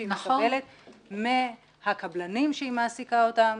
שהיא מקבלת מהקבלנים שהיא מעסיקה אותם,